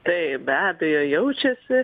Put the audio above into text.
taip be abejo jaučiasi